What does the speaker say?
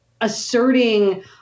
asserting